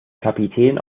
kapitän